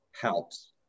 helps